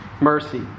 mercy